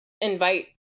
invite